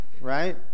right